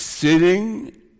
Sitting